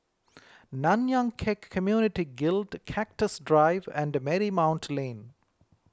Nanyang Khek Community Guild Cactus Drive and Marymount Lane